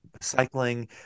cycling